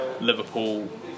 Liverpool